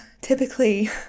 typically